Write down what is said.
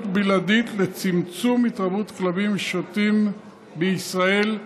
בלעדית לצמצום התרבות הכלבים המשוטטים בישראל,